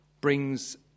brings